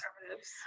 Conservatives